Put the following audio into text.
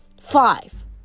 Five